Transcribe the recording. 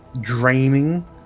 Draining